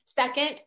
Second